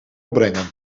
opbrengen